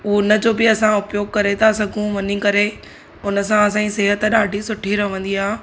हुनजो बि असां उपयोग करे था सघूं वञी करे हुनसां असांजी सेहत ॾाढी सुठी रहंदी आहे